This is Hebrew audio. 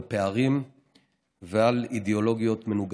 על פערים ועל אידיאולוגיות מנוגדות,